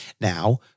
Now